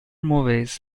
movies